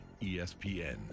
ESPN